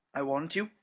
i warrant you.